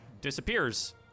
disappears